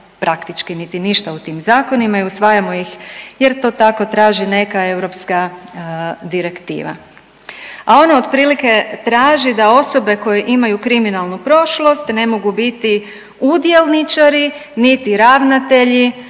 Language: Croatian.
praktički niti ništa u tim zakonima i usvajamo ih jer to tako traži neka eur9pska direktiva. A ono otprilike traži da osobe koje imaju kriminalnu prošlost ne mogu biti udjelničari, niti ravnatelji